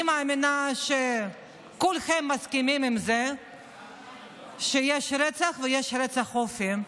אני מאמינה שכולכם מסכימים עם זה שיש רצח ושיש רצח לאופי,